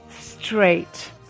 straight